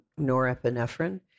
norepinephrine